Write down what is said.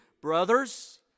brothers